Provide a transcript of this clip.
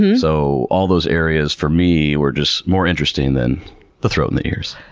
um so, all those areas for me were just more interesting than the throat and the ears.